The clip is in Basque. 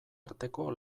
arteko